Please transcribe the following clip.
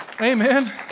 Amen